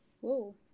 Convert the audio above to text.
Whoa